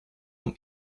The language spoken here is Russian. нам